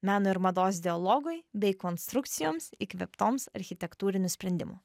meno ir mados dialogui bei konstrukcijoms įkvėptoms architektūrinių sprendimų